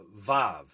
Vav